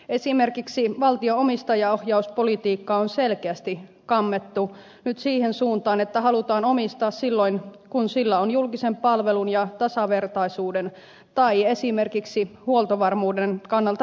esimerkiksi valtion omistajaohjauspolitiikkaa on selkeästi kammettu nyt siihen suuntaan että halutaan omistaa silloin kun sillä on julkisen palvelun ja tasavertaisuuden tai esimerkiksi huoltovarmuuden kannalta merkitystä